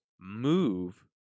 move